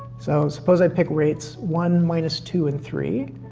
so suppose i pick rates one, minus two and three.